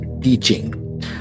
teaching